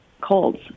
colds